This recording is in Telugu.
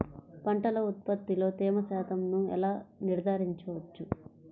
పంటల ఉత్పత్తిలో తేమ శాతంను ఎలా నిర్ధారించవచ్చు?